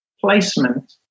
placement